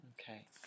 okay